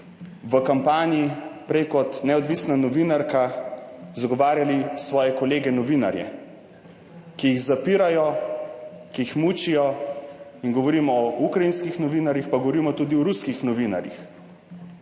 v kampanji prej kot neodvisna novinarka zagovarjali svoje kolege novinarje, ki jih zapirajo, ki jih mučijo in govorimo o ukrajinskih novinarjih, pa govorimo tudi o ruskih novinarjih.